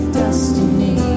destiny